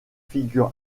figure